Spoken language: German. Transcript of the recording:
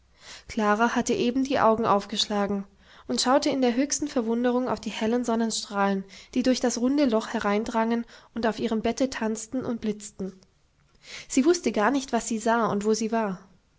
klara hatte eben die augen aufgeschlagen und schaute in der höchsten verwunderung auf die hellen sonnenstrahlen die durch das runde loch hereindrangen und auf ihrem bette tanzten und blitzten sie wußte gar nicht was sie sah und wo sie war